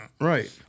Right